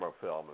film